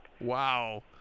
Wow